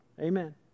Amen